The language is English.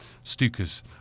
Stukas